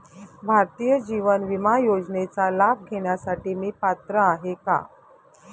भारतीय जीवन विमा योजनेचा लाभ घेण्यासाठी मी पात्र आहे का?